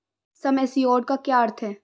सम assured का क्या अर्थ है?